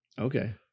okay